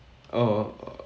oh